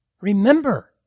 Remember